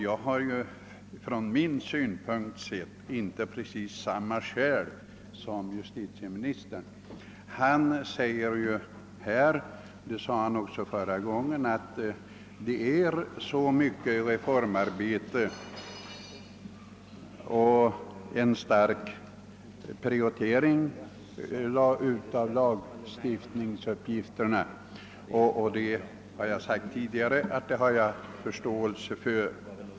Jag har ju från min utgångspunkt inte precis samma betraktelsesätt som justitieministern. Statsrådet framhöll liksom han gjorde vid det föregående tillfället att det redan pågår så mycket reformarbete och att en stark prioritering måste ske av vissa lagstiftningsuppgifter — och det har jag tidigare understrukit att jag har förståelse för.